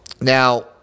now